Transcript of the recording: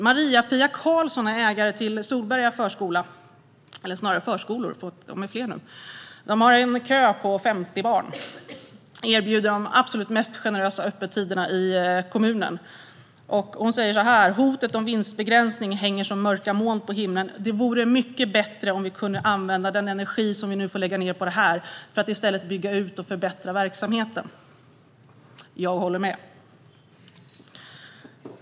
Maria-Pia Karlsson är ägare till Solberga förskolor, som har 50 barn i kö och erbjuder de absolut mest generösa öppettiderna i kommunen. Hon säger att hotet om en vinstbegränsning hänger som mörka moln på himlen och att det vore mycket bättre om man fick använda den energi man nu får lägga ned på detta till att i stället bygga ut och förbättra verksamheten. Jag håller med.